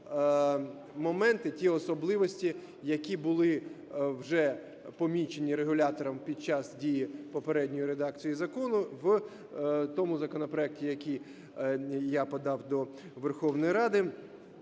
ті особливості, які були вже помічені регулятором під час дії попередньої редакції закону в тому законопроекті, який я подав до Верховної Ради.